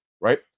right